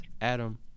Adam